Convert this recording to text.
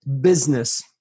business